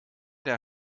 der